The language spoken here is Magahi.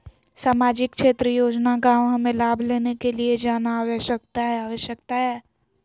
सामाजिक क्षेत्र योजना गांव हमें लाभ लेने के लिए जाना आवश्यकता है आवश्यकता है?